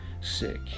sick